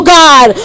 god